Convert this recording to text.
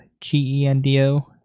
g-e-n-d-o